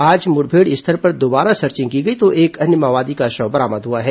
आज मुठभेड़ स्थल पर दोबारा सर्चिंग की गई तो एक अन्य माओवादी का शव बरामद हुआ है